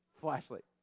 Flashlight